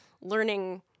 learning